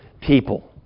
people